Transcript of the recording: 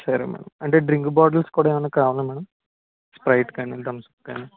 సరే మేడం అంటే drink bottles కూడా ఏమైనా కావాలా మేడం స్ప్రైట్ కానీ థమ్స్ అప్ కానీ